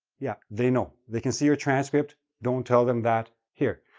yeah, they know, they can see your transcript. don't tell them that here.